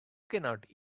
cannot